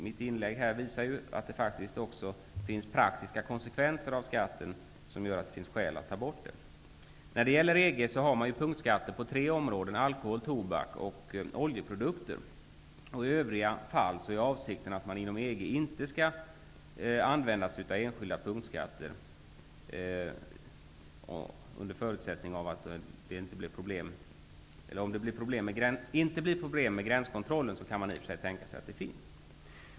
Mitt inlägg visar att praktiska konsekvenser också gör att det finns skäl att ta bort skatten. EG har punktskatter på tre områden: alkohol, tobak och oljeprodukter. I övriga fall är avsikten att man inom EG inte skall använda enskilda punktskatter, om det inte blir problem med gränskontrollen.